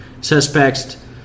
suspects